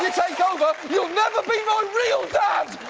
take over you'll never be my real dad!